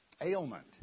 ailment